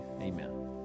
amen